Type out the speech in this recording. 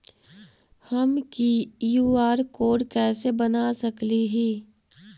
हम QR code कैसे बना सकली ही?